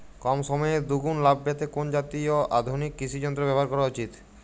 কম সময়ে দুগুন লাভ পেতে কোন জাতীয় আধুনিক কৃষি যন্ত্র ব্যবহার করা উচিৎ?